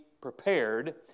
prepared